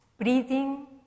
breathing